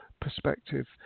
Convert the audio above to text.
perspective